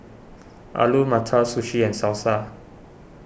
Alu Matar Sushi and Salsa